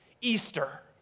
Easter